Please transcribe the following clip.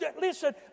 listen